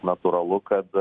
natūralu kad